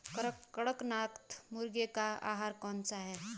कड़कनाथ मुर्गे का आहार कौन सा है?